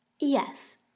Yes